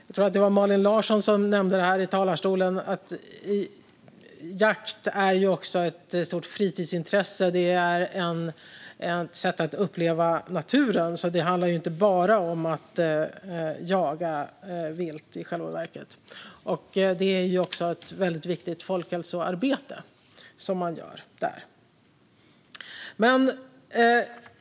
Jag tror att det var Malin Larsson som här i talarstolen nämnde att jakt också är ett stort fritidsintresse. Det är ett sätt att uppleva naturen. Det handlar i själva verket inte bara om att jaga vilt. Man bedriver även ett viktigt folkhälsoarbete.